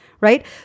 Right